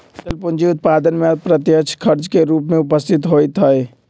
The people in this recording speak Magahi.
अचल पूंजी उत्पादन में अप्रत्यक्ष खर्च के रूप में उपस्थित होइत हइ